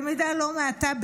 במידה לא מעטה,